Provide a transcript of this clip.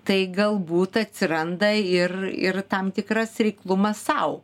tai galbūt atsiranda ir ir tam tikras reiklumas sau